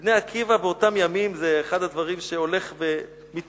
"בני עקיבא" באותם ימים זה אחד הדברים שהולך ומתעורר,